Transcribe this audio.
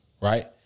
right